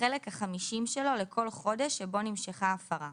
החלק ה-50 שלו לכל חודש שבו נמשכה ההפרה.